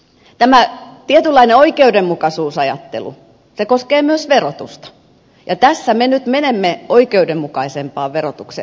tämä tietynlainen oikeudenmukaisuusajattelu koskee myös verotusta ja tässä me nyt menemme oikeudenmukaisempaan verotukseen